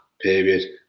period